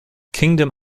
kingdom